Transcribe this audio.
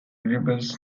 rebels